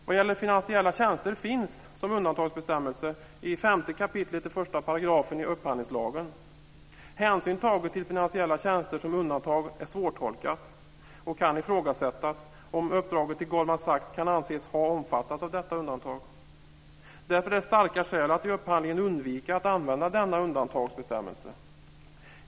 Bestämmelsen om undantag för finansiella tjänster finns i 5 kap. 1 § i upphandlingslagen. Begreppet finansiella tjänster som undantag är svårtolkat, och det kan ifrågasättas om uppdraget till Goldman Sachs kan anses omfattas av detta undantag. Därför finns det starka skäl att undvika att använda denna undantagsbestämmelse vid upphandling.